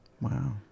Wow